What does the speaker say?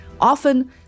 often